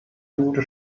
minute